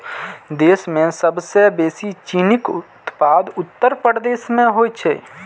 देश मे सबसं बेसी चीनीक उत्पादन उत्तर प्रदेश मे होइ छै